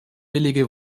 billige